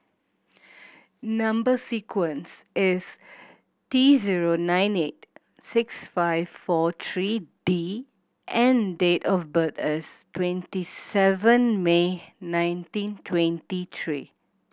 number sequence is T zero nine eight six five four three D and date of birth is twenty seven May nineteen twenty three